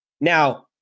Now